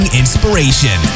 inspiration